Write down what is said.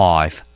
Five